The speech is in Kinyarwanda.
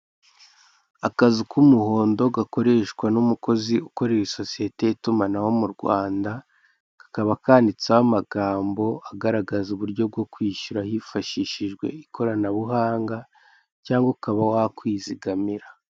Akazu k'umuhondo gakoreshwa n'umukozi ukorera isosiyete y'itumanaho mu Rwanda. Kakaba kanditseho amagambo agaragaza uburyo bwo kwishyura hifashishijwe ikoranabuhanga cyangwa ukaba wakwizigamira.